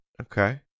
Okay